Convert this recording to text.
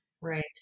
right